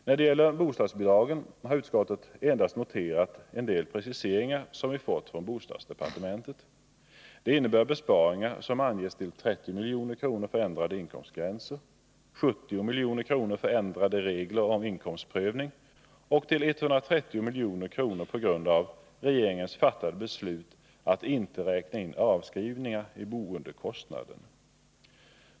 När det gäller bostadsbidragen har utskottet endast noterat en del preciseringar som vi fått från bostadsdepartementet. De innebär att besparingarna anges till 30 milj.kr. för ändrade inkomstgränser, 70 milj.kr. för ändrade regler om inkomstprövning och till 130 milj.kr. på grund av regeringens fattade beslut att inte räkna in avskrivningar i boendekostnaden.